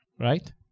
Right